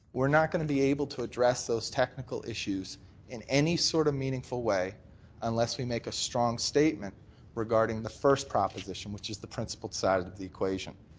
we're not going to be able to address those technical issues in any sort of meaningful way unless we make a strong statement regarding the first proposition which is the principled side of the equation.